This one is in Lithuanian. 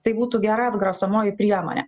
tai būtų gera atgrasomoji priemonė